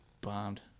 bombed